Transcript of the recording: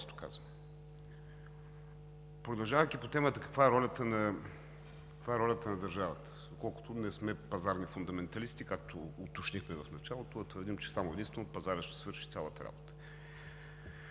Продължавайки по темата – каква е ролята на държавата, доколкото не сме пазарни фундаменталисти, както уточнихме в началото, а твърдим, че само и единствено пазарът ще свърши цялата работа.